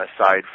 aside